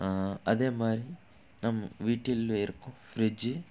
அதே மாதிரி நம் வீட்டில் இருக்கும் ஃப்ரிட்ஜ்ஜி